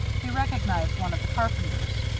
he recognized one of the carpenters.